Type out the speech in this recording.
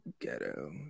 ghetto